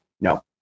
no